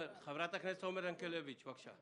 חברת הכנסת עומר ינקלביץ', בבקשה.